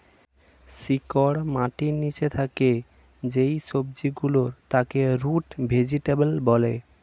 শিকড় মাটির নিচে থাকে যেই সবজি গুলোর তাকে রুট ভেজিটেবল বলে